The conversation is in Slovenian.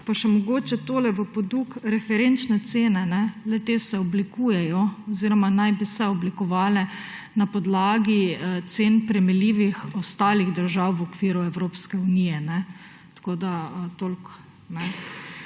Pa še mogoče tole v poduk, referenčne cene. Le-te se oblikujejo oziroma naj bi se oblikovale na podlagi cen primerljivih ostalih držav v okviru Evropske unije. Na koncu mi